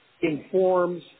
informs